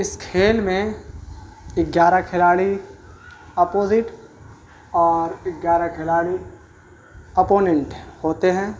اس کھیل میں گیارہ کھلاڑی اپوزٹ اور گیارہ کھلاڑی اپووننٹ ہوتے ہیں